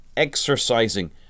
exercising